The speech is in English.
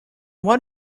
what